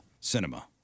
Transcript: cinema